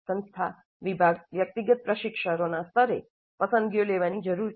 સંસ્થા વિભાગ વ્યક્તિગત પ્રશિક્ષકોના સ્તરે પસંદગીઓ લેવાની જરૂર છે